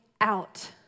out